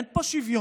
אין פה שוויון,